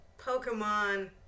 Pokemon